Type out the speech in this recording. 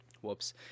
whoops